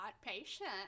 patient